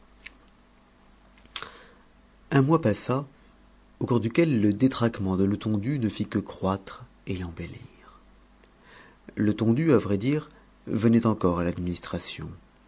un mois passa au cours duquel le détraquement de letondu ne fit que croître et embellir letondu à vrai dire venait encore à l'administration